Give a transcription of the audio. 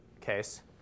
case